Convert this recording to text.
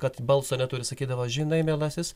kad balso neturi sakydavo žinai mielasis